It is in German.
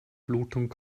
blutung